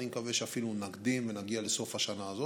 אני מקווה שאפילו נקדים ונגיע לסוף השנה הזאת,